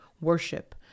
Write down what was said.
worship